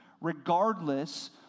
regardless